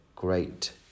Great